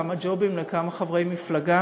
כמה ג'ובים לכמה חברי מפלגה.